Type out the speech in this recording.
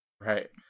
Right